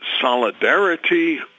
solidarity